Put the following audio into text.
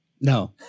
No